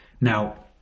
Now